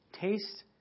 Taste